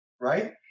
right